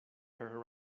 her